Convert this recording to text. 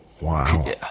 Wow